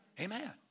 Amen